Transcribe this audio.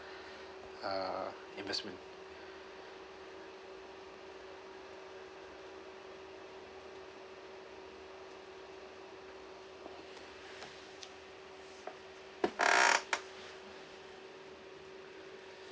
uh investment